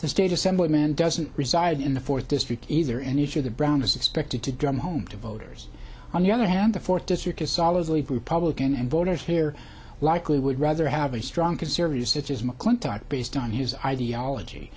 the state assemblyman doesn't reside in the fourth district either n h or the brown is expected to drum home to voters on the other hand the fourth district is solidly republican and voters here likely would rather have a strong conservative such as mcclintock based on his ideology